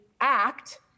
act